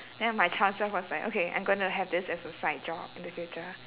then my child self was like okay I'm gonna have this as a side job in the future